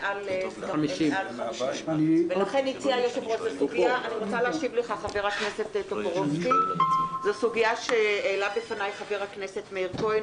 מעל 50. זאת סוגיה שהעלה בפניי חבר הכנסת מאיר כהן.